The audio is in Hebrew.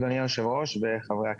אדוני היושב ראש וחברי הכנסת,